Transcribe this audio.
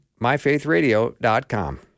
MyFaithRadio.com